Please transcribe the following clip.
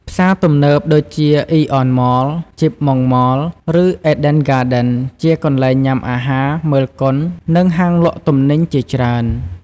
ផ្សារទំនើប ដូចជា Aeon Mall, Chip Mong Mall, ឬ Eden Garden ជាកន្លែងញ៉ាំអាហារ មើលកុន និងហាងលក់ទំនិញជាច្រើន។